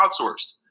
outsourced